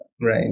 Right